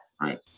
Right